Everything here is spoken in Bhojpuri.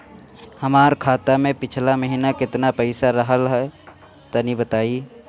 हमार खाता मे पिछला महीना केतना पईसा रहल ह तनि बताईं?